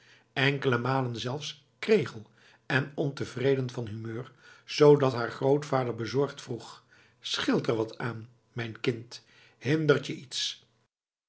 enkele malen zelfs kregel en ontevreden van humeur zoodat haar grootvader bezorgd vroeg scheelt er wat aan mijn kind hindert je iets